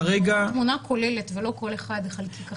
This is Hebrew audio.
כרגע --- תמונה כוללת ולא כל אחד לחלקיק אחר.